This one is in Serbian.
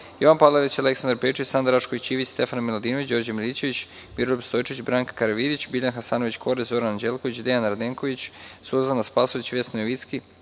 Jovan Palalić, Aleksandar Pejčić, Sanda Rašković Ivić, Stefana Miladinović, Đorđe Milićević, Miroljub Stojčić, Branka Karavidić, Biljana Hasanović Korać, Zoran Anđelković, Dejan Radenković, Suzana Spasojević, Vesna Jovicki,